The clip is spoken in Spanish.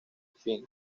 fin